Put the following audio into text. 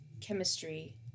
chemistry